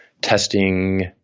testing